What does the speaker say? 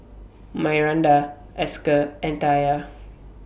Myranda Esker and Taya